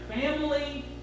family